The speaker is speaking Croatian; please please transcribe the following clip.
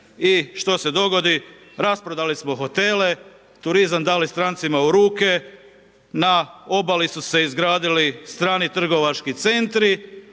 i što se dogodi? Rasprodali smo hotele, turizam dali strancima u ruke, na obali su se izgradili strani trgovački centri